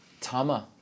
tama